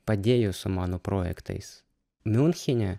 padėjo su mano projektais miunchene